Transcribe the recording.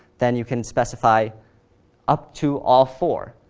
then you can specify up to all four.